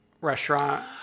restaurant